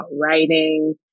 writing